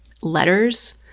letters